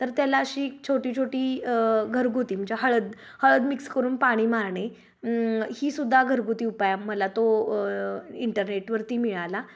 तर त्याला अशी एक छोटी छोटी घरगुती म्हणजे हळद हळद मिक्स करून पाणी मारणे ही सुुद्धा घरगुती उपाय मला तो इंटरनेट वरती मिळाला